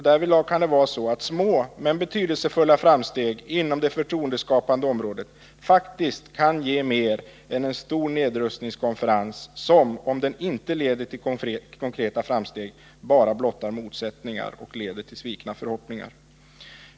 Därvidlag kan det vara så att små men betydelsefulla framsteg inom det förtroendeskapande området faktiskt kan ge mer än en stor nedrustningskonferens som, om den inte leder till konkreta framsteg, bara blottar motsättningar och leder till svikna förhoppningar.